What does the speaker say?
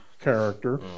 character